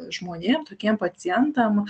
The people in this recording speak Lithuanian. žmonėm tokiem pacientam